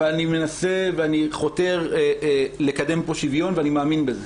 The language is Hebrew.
אבל אני מנסה ואני חותר לקדם פה שוויון ואני מאמין בזה.